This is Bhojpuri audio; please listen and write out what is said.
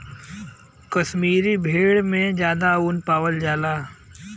उप सिंचाई क इक विधि है जहाँ पानी के पौधन के जड़ क्षेत्र में पहुंचावल जाला